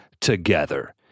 together